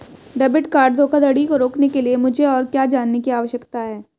Debit card धोखाधड़ी को रोकने के लिए मुझे और क्या जानने की आवश्यकता है?